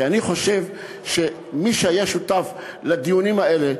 כי אני חושב שמי שהיה שותף לדיונים האלה,